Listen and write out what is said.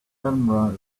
edinburgh